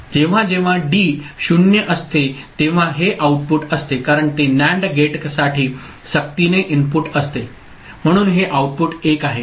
जेव्हा जेव्हा डी 0 असते तेव्हा हे आउटपुट असते कारण ते NAND गेटसाठी सक्तीने इनपुट असते म्हणून हे आउटपुट 1 आहे